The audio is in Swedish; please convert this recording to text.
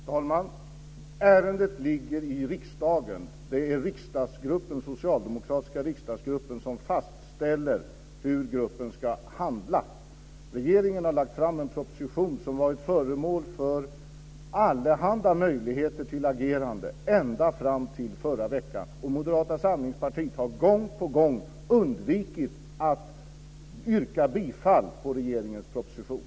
Herr talman! Ärendet ligger i riksdagen. Det är den socialdemokratiska riksdagsgruppen som fastställer hur gruppen ska handla. Regeringen har lagt fram en proposition som varit föremål för allehanda möjligheter till agerande ända fram till förra veckan. Moderata samlingspartiet har gång på gång undvikit att yrka bifall till regeringens proposition.